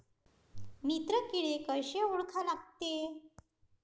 मित्र किडे कशे ओळखा लागते?